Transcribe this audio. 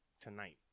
tonight